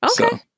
Okay